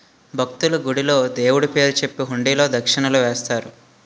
భక్తులు, గుడిలో దేవుడు పేరు చెప్పి హుండీలో దక్షిణలు వేస్తారు